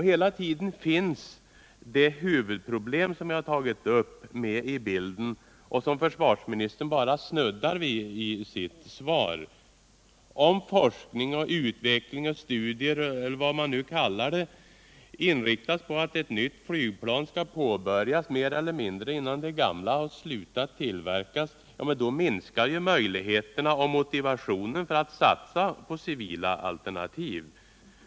Hela tiden finns det huvudproblem som jag tagit upp med i bilden men som försvarsministern bara snuddar vid i sitt svar. Om forskning och utveckling - eller studier eller vad man än kallar det — inriktas på att ett nytt flygplan skall vara påbörjat innan det gamla sluttillverkats, då minskar ju både möjligheterna och motivationen för att satsa på civila alternativ.